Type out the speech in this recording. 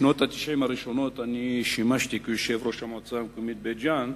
בשנות ה-90 הראשונות שימשתי יושב-ראש המועצה המקומית בית-ג'ן.